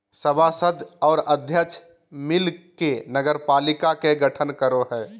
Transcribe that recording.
सभासद और अध्यक्ष मिल के नगरपालिका के गठन करो हइ